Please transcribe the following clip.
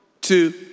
two